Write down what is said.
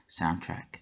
soundtrack